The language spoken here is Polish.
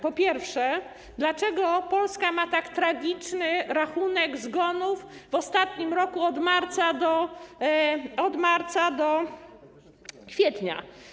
Po pierwsze, dlaczego Polska ma tak tragiczny rachunek zgonów w ostatnim roku, licząc od marca do kwietnia?